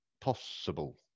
possible